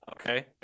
Okay